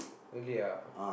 really ah